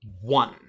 one